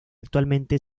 actualmente